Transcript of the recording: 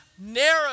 narrow